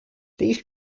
these